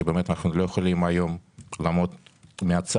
כי באמת אנחנו לא יכולים היום לעמוד מהצד.